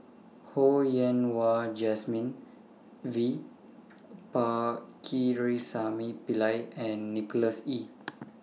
Ho Yen Wah Jesmine V Pakirisamy Pillai and Nicholas Ee